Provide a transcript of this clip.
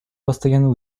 постоянные